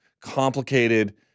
complicated